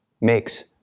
makes